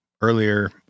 earlier